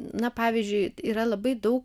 na pavyzdžiui yra labai daug